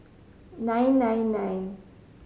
nine nine nine